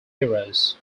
heroes